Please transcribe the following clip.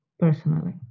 Personally